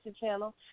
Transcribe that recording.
channel